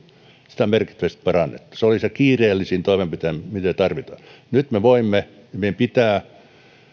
merkittävästi parannettu se oli se kiireellisin toimenpiteemme mitä tarvittiin nyt me voimme ja meidän pitää